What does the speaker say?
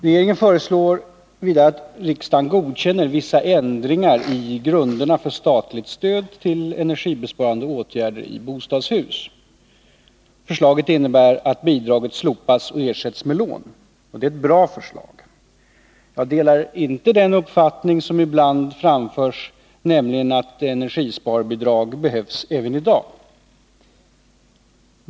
Regeringen föreslår vidare att riksdagen godkänner vissa ändringar i grunderna för statligt stöd till energibesparande åtgärder i bostadshus. Förslaget innebär att bidraget slopas och ersätts med lån, och det är ett bra förslag. Jag delar inte den uppfattning som ibland framförs, nämligen att energisparbidrag behövs även i dag.